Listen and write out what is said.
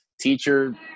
teacher